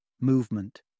Movement